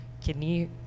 kidney